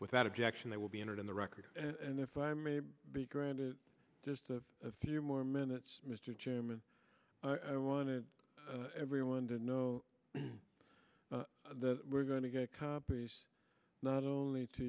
without objection they will be entered in the record and if i may be granted just a few more minutes mr chairman i wanted everyone to know that we're going to get copies not only to